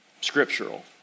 scriptural